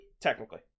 technically